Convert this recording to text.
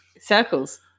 circles